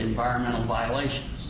environmental violations